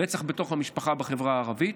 רצח בתוך המשפחה בחברה הערבית,